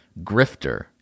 Grifter